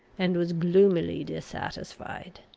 and was gloomily dissatisfied.